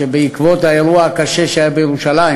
שבעקבות האירוע הקשה שהיה בירושלים